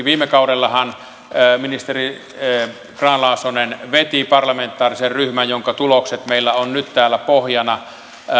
viime kaudellahan ministeri grahn laasonen veti parlamentaarista ryhmää jonka tulokset meillä on nyt täällä pohjana